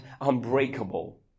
unbreakable